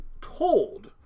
told